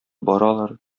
баралар